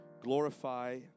glorify